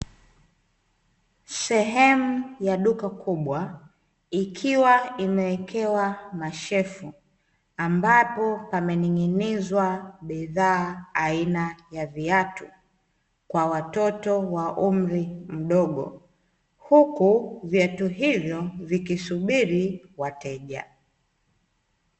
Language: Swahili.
Sehemu ya duka kubwa, ikiwa imewekewa mashelfu, ambapo pamening'inizwa bidhaa aina ya viatu, kwa watoto wa umri mdogo. Huku viatu hivyo vikisubiri wateja.